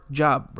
job